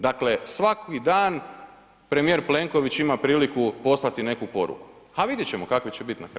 Dakle, svaki dan premijer Plenković ima priliku poslati neku poruku, a vidjet ćemo kakvi će bit na kraju.